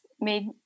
made